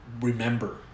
remember